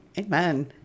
Amen